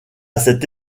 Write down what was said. cette